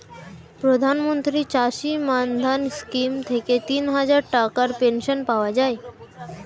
প্রধানমন্ত্রী চাষী মান্ধান স্কিম থেকে তিনহাজার টাকার পেনশন পাওয়া যায়